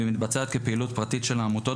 והיא מתבצעת כפעילות פרטית של העמותות